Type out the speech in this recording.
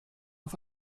auf